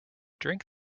drink